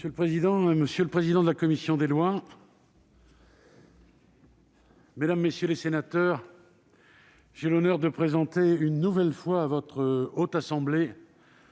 Monsieur le président, monsieur le président de la commission des lois, mesdames, messieurs les sénateurs, j'ai l'honneur de présenter une nouvelle fois à la Haute Assemblée